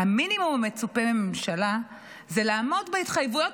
המינימום המצופה מממשלה זה לעמוד בהתחייבויות